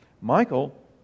Michael